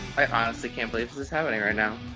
i honestly can't believe this is happening right now.